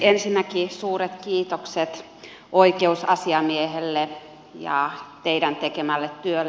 ensinnäkin suuret kiitokset oikeusasiamiehelle ja teidän tekemällenne työlle